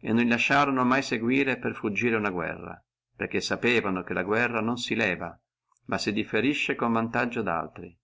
e non li lasciorono mai seguire per fuggire una guerra perché sapevano che la guerra non si lieva ma si differisce a vantaggio daltri